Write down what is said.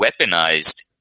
weaponized